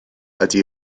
ydy